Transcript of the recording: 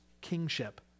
kingship